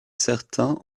certain